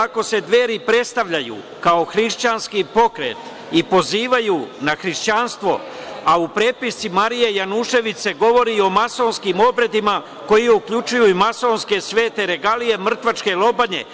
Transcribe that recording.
Ako se Dveri predstavljaju kao hrišćanski pokret i pozivaju na hrišćanstvo, a u prepisci Marije Janjušević se govori o masonskim obredima koji uključuju i masonske svete regalije, mrtvačke lobanje,